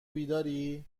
بیداری